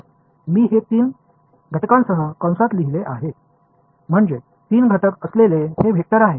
तर मी हे तीन घटकांसह कंसात लिहिले आहे म्हणजे तीन घटक असलेले हे वेक्टर आहे